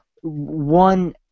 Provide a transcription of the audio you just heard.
one